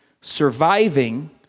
Surviving